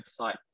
website